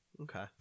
Okay